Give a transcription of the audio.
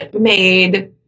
made